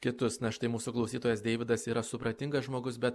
kitus na štai mūsų klausytojas deividas yra supratingas žmogus bet